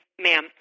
ma'am